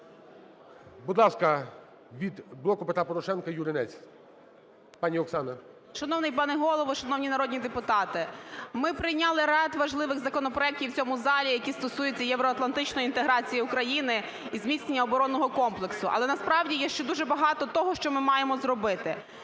Будь ласка, від "Блоку Петра Порошенка" Юринець. Пані Оксана. 12:06:55 ЮРИНЕЦЬ О.В. Шановний пане Голово, шановні народні депутати, ми прийняли ряд важливих законопроектів в цьому залі, які стосуються євроатлантичної інтеграції України і зміцнення оборонного комплексу, але насправді є ще дуже багато того, що ми маємо зробити.